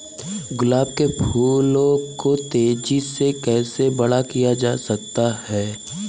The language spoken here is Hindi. गुलाब के फूलों को तेजी से कैसे बड़ा किया जा सकता है?